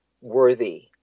worthy